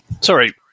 Sorry